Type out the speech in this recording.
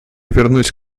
вернусь